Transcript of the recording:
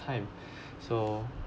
time so